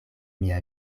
mia